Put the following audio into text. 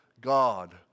God